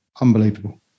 unbelievable